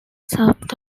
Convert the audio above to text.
south